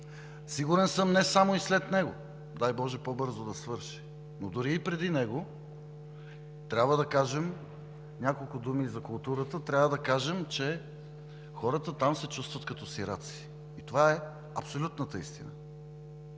сигурен съм и не само след него, дай боже, по-бързо да свърши, но дори и преди него, трябва да кажем няколко думи за културата, Трябва да кажем, че хората там се чувстват като сираци и това е абсолютната истина.